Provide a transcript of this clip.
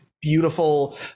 beautiful